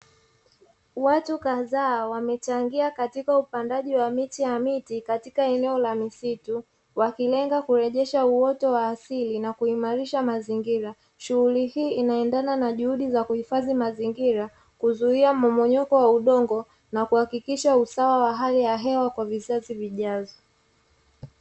Watu kadhaa wamechangia katika upandaji wa miche ya miti, katika eneo la misitu. Wakilenga kurejesha uoto wa asili na kuimarisha mazingira, shughuli hii inaendana na juhudi za kuhifadhi mazingira, kuzuia mmomonyoko wa udongo na kuhakikisha usawa wa hali ya hewa kwa vizazi vijavyo.